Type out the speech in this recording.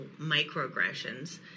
microaggressions